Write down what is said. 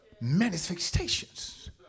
manifestations